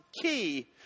key